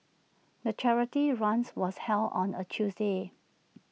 the charity runs was held on A Tuesday